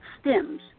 stems